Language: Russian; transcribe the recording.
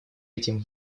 этим